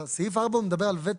אבל סעיף 4 הוא מדבר על ותק,